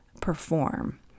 perform